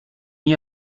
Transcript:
n’y